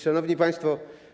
Szanowni Państwo!